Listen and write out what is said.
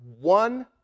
one